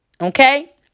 okay